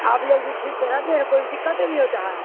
آپ لوگ بھی ٹھیک سے رہتے ہیں کوئی دقتیں بھی ہوتا ہے